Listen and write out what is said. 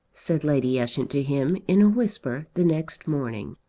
said lady ushant to him in a whisper the next morning.